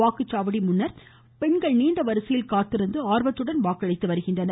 வாக்குச்சாவடி முன்பாக பெண்கள் நீண்டவரிசையில் காத்திருந்து ஆர்வத்துடன் வாக்களித்து வருகின்றனர்